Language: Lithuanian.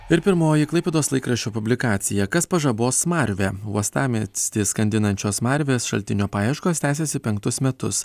ir pirmoji klaipėdos laikraščio publikacija kas pažabos smarvę uostamiestį skandinančios smarvės šaltinio paieškos tęsiasi penktus metus